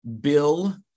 bill